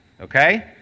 Okay